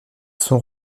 sont